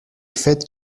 fête